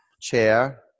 chair